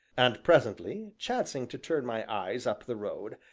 and presently, chancing to turn my eyes up the road,